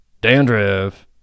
Dandruff